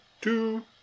two